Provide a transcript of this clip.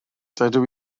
dydw